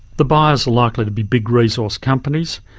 the but likely to be big resource companies,